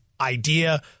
idea